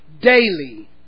daily